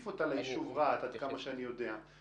נדמה לי, אם אני לא טועה, זה היה בהחלטה של בג"ץ.